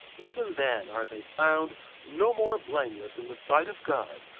even then are they found no more blameless in the sight of god,